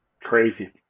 Crazy